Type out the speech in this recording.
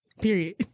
Period